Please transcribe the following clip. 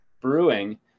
brewing